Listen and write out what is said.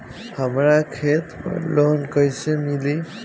हमरा खेत पर लोन कैसे मिली?